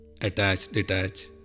attach-detach